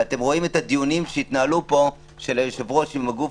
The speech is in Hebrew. ואתם רואים את הדיונים שהתנהלו פה של היושב-ראש עם הגוף,